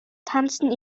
tanzen